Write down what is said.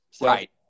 right